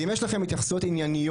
ואם יש לכם התייחסויות ענייניות,